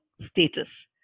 status